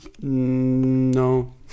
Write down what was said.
No